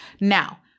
Now